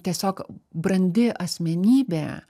tiesiog brandi asmenybė